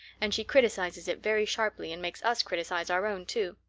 and she criticizes it very sharply and makes us criticize our own too.